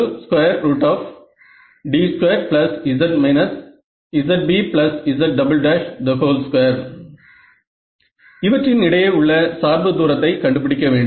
Rd2z zBz2 இவற்றின் இடையே உள்ள சார்பு தூரத்தை கண்டுபிடிக்க வேண்டும்